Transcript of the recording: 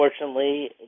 unfortunately